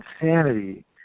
insanity